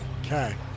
Okay